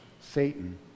Satan